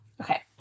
okay